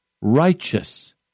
righteous